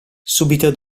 subito